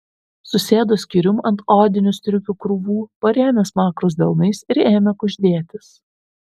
susėdo skyrium ant odinių striukių krūvų parėmė smakrus delnais ir ėmė kuždėtis